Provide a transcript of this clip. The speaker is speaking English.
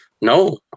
No